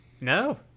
No